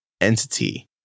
entity